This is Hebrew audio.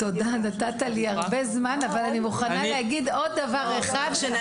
אני מוכנה להגיד עוד דבר.